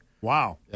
Wow